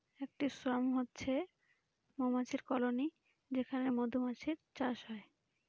একটা সোয়ার্ম হচ্ছে মৌমাছির কলোনি যেখানে মধুমাছির চাষ হয়